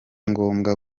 ngombwa